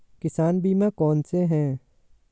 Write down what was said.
किसान बीमा कौनसे हैं?